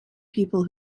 people